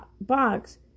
box